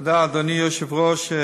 תודה, אדוני היושב-ראש.